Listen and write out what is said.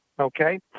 okay